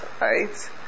right